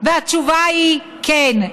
והתשובה היא: כן.